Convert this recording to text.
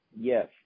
Yes